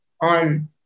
on